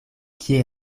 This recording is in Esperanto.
kie